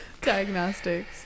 Diagnostics